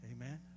Amen